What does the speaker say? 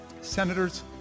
Senators